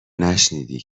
نشنیدی